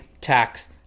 tax